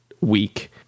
week